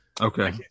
okay